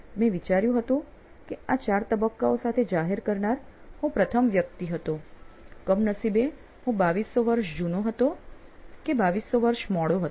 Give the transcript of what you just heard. મેં વિચાર્યું કે હતું કે આ ચાર તબક્કાઓ સાથે જાહેર કરનાર હું પ્રથમ વ્યક્તિ હતો કમનસીબે હું 2200 વર્ષ જુનો હતો કે 2200 વર્ષ મોડો હતો